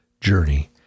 journey